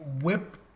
whip